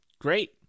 Great